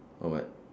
or what